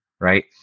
right